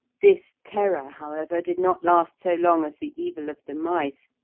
this terror, however, did not last so long as the evil of the mice,